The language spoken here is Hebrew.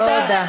תודה.